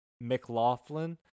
McLaughlin